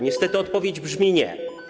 Niestety odpowiedź brzmi: nie.